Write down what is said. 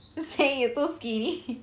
say you too skinny